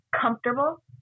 comfortable